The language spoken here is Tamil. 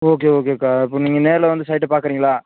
ஓகே ஓகேக்கா இப்போ நீங்கள் நேரில் வந்து சைட்டை பார்க்குறீங்களா